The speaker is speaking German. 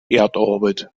erdorbit